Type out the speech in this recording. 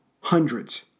hundreds